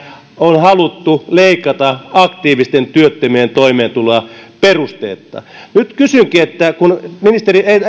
on haluttu leikata aktiivisten työttömien toimeentuloa perusteetta nyt kysynkin kun